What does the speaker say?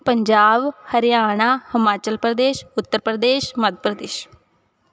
Punjab Haryana Himachal Pradesh Uttar Pradesh Madhya Pradesh